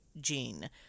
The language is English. gene